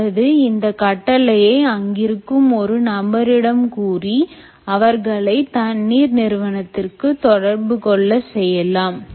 அல்லது இந்த கட்டளையை அங்கிருக்கும் ஒரு நபரிடம் கூறி அவர்களை தண்ணீர் நிறுவனத்திற்கு தொடர்பு கொள்ள செய்யலாம்